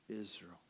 Israel